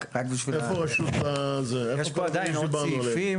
רק בשביל --- יש פה עדיין עוד סעיפים,